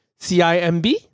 CIMB